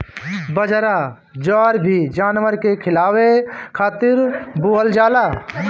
बजरा, जवार भी जानवर के खियावे खातिर बोअल जाला